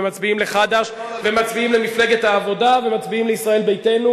ומצביעים לחד"ש ומצביעים למפלגת העבודה ומצביעים לישראל ביתנו,